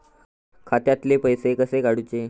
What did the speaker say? खात्यातले पैसे कसे काडूचे?